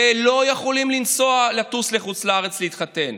ולא יכולים לנסוע, לטוס לחוץ לארץ להתחתן.